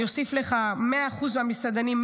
אני אוסיף לך: 100% מהמסעדנים,